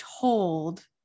told